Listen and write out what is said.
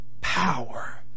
power